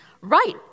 Right